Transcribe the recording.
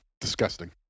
disgusting